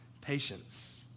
patience